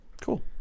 Cool